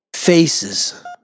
Faces